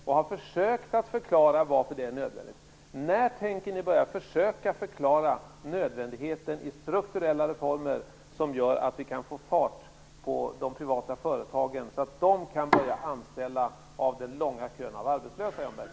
Han har försökt att förklara varför den är nödvändig. När tänker ni börja försöka förklara nödvändigheten av strukturella reformer som gör att vi kan få fart på de privata företagen så att de kan börja anställa från den långa kön av arbetslösa, Jan